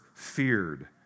feared